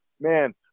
man